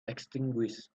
extinguished